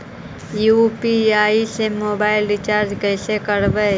UPI से mobile recharge कैसे करबइ?